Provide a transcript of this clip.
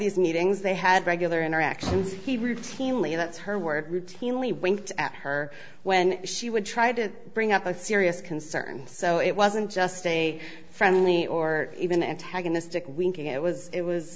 these meetings they had regular interactions he routinely lets her work routinely winked at her when she would try to bring up a serious concern so it wasn't just a friendly or even antagonistic week it was it was